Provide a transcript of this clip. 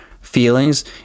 feelings